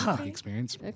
experience